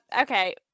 okay